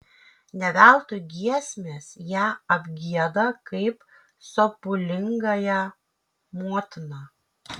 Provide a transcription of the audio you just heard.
ne veltui giesmės ją apgieda kaip sopulingąją motiną